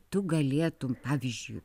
tu galėtum pavyzdžiui